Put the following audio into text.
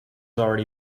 already